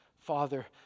Father